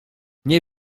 nie